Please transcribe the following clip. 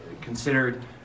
considered